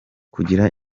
kugira